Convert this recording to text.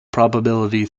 probability